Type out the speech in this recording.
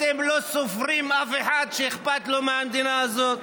אתם לא סופרים אף אחד שאכפת לו מהמדינה הזאת.